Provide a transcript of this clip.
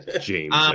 james